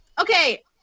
Okay